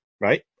right